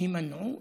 הימנעות